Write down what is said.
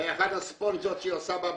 באחד הספונג'ות שהיא עושה בבית,